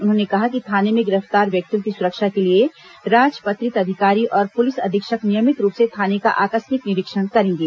उन्होंने कहा कि थाने में गिरफ्तार व्यक्तियों की सुरक्षा के लिए राजपत्रित अधिकारी और पुलिस अधीक्षक नियमित रूप से थाने का आकस्मिक निरीक्षण करेंगे